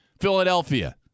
Philadelphia